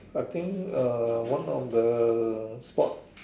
I think uh one of the spot